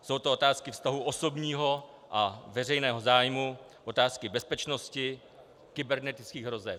Jsou to otázky vztahu osobního a veřejného zájmu, otázky bezpečnosti, kybernetických hrozeb.